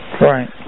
Right